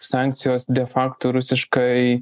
sankcijos de fakto rusiškai